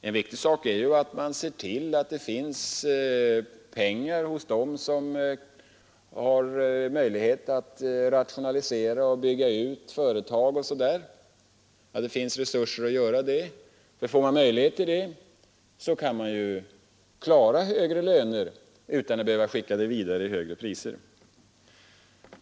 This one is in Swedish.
En viktig sak är att se till att det finns pengar hos dem som har möjlighet att rationalisera och bygga ut företagen. Om det blir möjlighet till detta, kan man klara högre löner utan att behöva höja priserna.